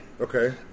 Okay